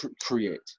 create